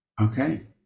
okay